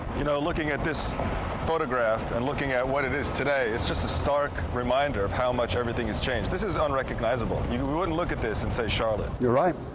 you know, looking at this photograph and looking at what it is today it's just a stark reminder of how much everything has changed. this is unrecognizable. you wouldn't look at this and say charlotte. you're right.